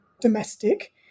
domestic